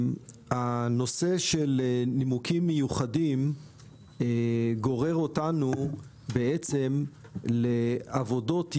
הנושא של נימוקים מיוחדים גורר אותנו בעצם לעבודות יתר.